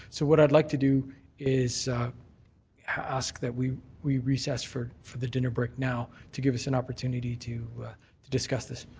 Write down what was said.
so what i'd like to do is ask that we we recess for for the dinner break now to give us an opportunity to to discuss this.